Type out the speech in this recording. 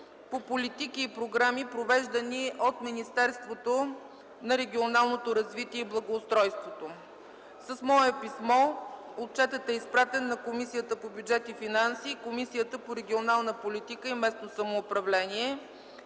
по политики и програми, провеждани от Министерството на регионалното развитие и благоустройството. С мое писмо отчетът е изпратен на Комисията по бюджет и финанси и Комисията по регионална политика и местно самоуправление.